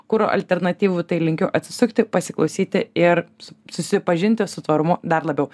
kuro alternatyvų tai linkiu atsisukti pasiklausyti ir su susipažinti su tvarumu dar labiau